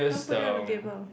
don't put it on the table